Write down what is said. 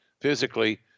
physically